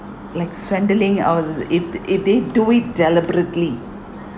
like swindling I was if if they do it deliberately